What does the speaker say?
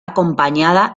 acompañada